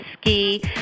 ski